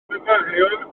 fyfyriwr